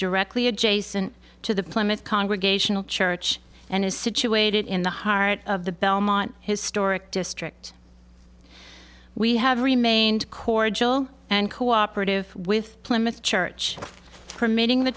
directly adjacent to the plymouth congregational church and is situated in the heart of the belmont historic district we have remained cordial and cooperative with plymouth church permitting the